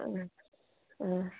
आं